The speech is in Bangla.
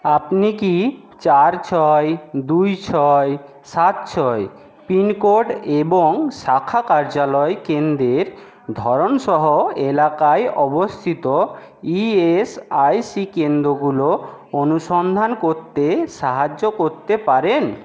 আপনি কি চার ছয় দুই ছয় সাত ছয় পিনকোড এবং শাখা কার্যালয় কেন্দ্রের ধরন সহ এলাকায় অবস্থিত ইএসআইসি কেন্দ্রগুলো অনুসন্ধান করতে সাহায্য করতে পারেন